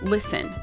Listen